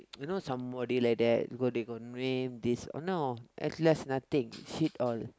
you know somebody like that go they got name this or no at last nothing shit all